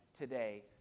today